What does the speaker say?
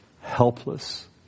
helpless